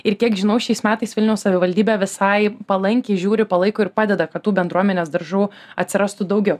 ir kiek žinau šiais metais vilniaus savivaldybė visai palankiai žiūri palaiko ir padeda kad tų bendruomenės daržų atsirastų daugiau